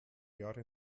jahre